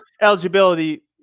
eligibility